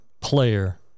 player